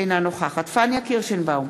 אינה נוכחת פניה קירשנבאום,